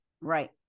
Right